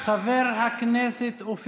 חבר הכנסת יריב לוין, אינו נוכח.